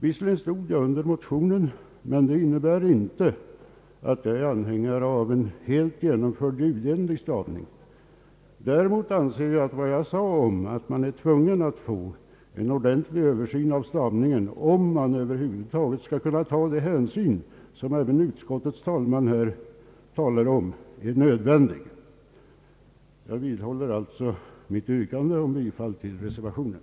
Visserligen har jag undertecknat motionen i denna kammare, men det innebär inte att jag är anhängare av en helt genomförd ljudenlig stavning. Däremot anser jag att en ordentlig översyn av stavningen måste göras, om man över huvud taget skall kunna ta de hänsyn som även utskottets talesman anser nödvändiga. Jag vidhåller mitt yrkande om bifall till reservationen.